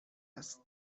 است